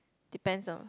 depends on